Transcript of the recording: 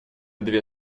две